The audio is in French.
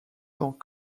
dans